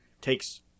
takes